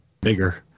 bigger